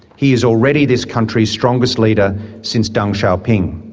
he is already this country's strongest leader since deng xiaoping.